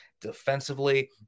defensively